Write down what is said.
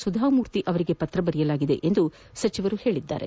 ಸುಧಾಮೂರ್ತಿ ಅವರಿಗೆ ಪತ್ರ ಬರೆಯಲಾಗಿದೆ ಎಂದು ಅವರು ತಿಳಿಸಿದರು